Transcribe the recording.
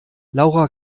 laura